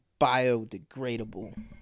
Biodegradable